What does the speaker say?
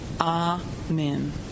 Amen